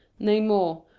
nay more,